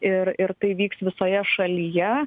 ir ir tai vyks visoje šalyje